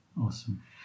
Awesome